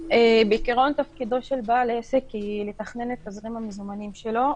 בעיקרון תפקידו של בעל עסק הוא לתכנן את תזרים המזומנים שלו,